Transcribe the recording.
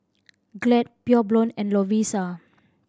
Glad Pure Blonde and Lovisa